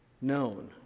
known